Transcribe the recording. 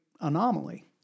anomaly